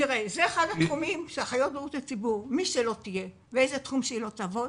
אחד הבסיסים של אחות בריאות הציבור זה חקירה אפידמיולוגית,